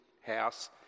house